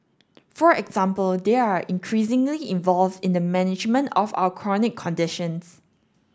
for example they are increasingly involved in the management of our chronic conditions